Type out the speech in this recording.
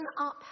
up